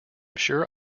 sure